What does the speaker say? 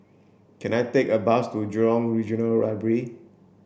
can I take a bus to Jurong Regional Library